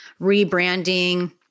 rebranding